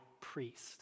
priest